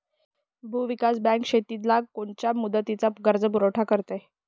भूविकास बँक शेतीला कोनच्या मुदतीचा कर्जपुरवठा करते?